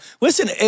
listen